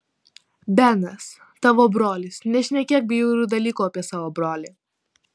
benas tavo brolis nešnekėk bjaurių dalykų apie savo brolį